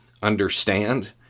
Understand